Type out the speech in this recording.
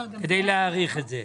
כדי להעריך את זה.